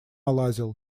лазил